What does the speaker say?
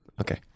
Okay